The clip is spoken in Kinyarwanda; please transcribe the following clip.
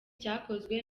cyakozwe